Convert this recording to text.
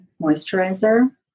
moisturizer